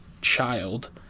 child